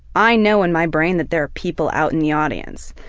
i know in my brain that there are people out in the audience.